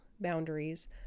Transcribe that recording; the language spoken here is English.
boundaries